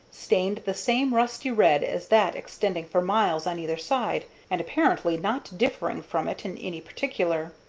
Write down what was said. stained the same rusty red as that extending for miles on either side, and apparently not differing from it in any particular.